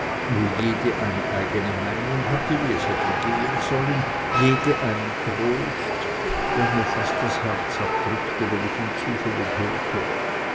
wo jede eine eigene meinung hatte wie es hätte gehen sollen jede einen trost der mir fast das herz abdrückte wenn ich zufällig darauf hörte